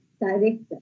Director